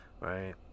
Right